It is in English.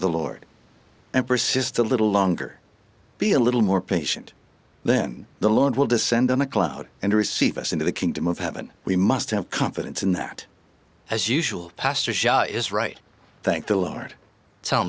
of the lord and persist a little longer be a little more patient then the lord will descend on a cloud and receive us into the kingdom of heaven we must have confidence in that as usual pastor is right thank the lord tell